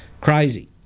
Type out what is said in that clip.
Crazy